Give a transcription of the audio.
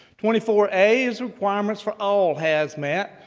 twenty four a, is requirements for all hazmat.